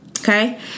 okay